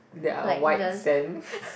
that are white sand